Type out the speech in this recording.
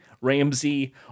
Ramsey